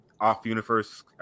off-universe